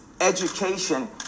education